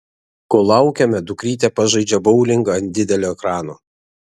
kol laukiame dukrytė pažaidžia boulingą ant didelio ekrano